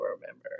remember